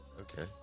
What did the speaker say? Okay